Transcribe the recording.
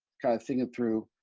kind of thinking it through,